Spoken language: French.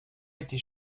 était